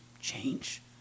change